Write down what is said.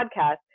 podcast